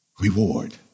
reward